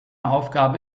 aufgabe